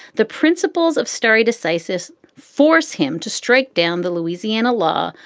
the principles of stari decisis force him to strike down the louisiana law,